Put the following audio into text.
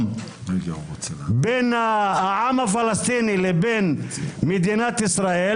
בין העם הפלסטיני לבין מדינת ישראל.